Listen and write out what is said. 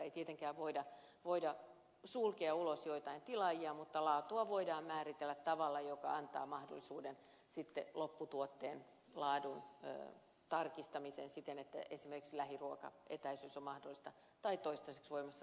ei tietenkään voida sulkea ulos joitain tilaajia mutta laatua voidaan määritellä tavalla joka antaa mahdollisuuden sitten lopputuotteen laadun tarkistamiseen siten että esimerkiksi lähiruoka etäisyys on mahdollista tai toistaiseksi voimassa